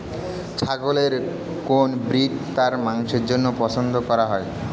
ছাগলের কোন ব্রিড তার মাংসের জন্য পছন্দ করা হয়?